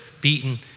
beaten